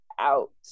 out